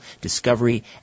Discovery